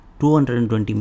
220